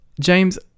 james